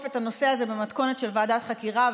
את הנושא הזה במתכונת של ועדת חקירה,